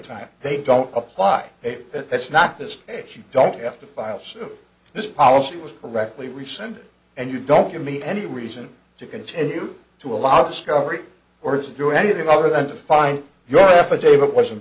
time they don't apply that that's not this case you don't have to file suit this policy was correctly rescinded and you don't give me any reason to continue to allow discovery or to do anything other than to find your affidavit was